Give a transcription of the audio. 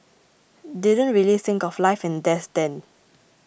didn't really think of life and death then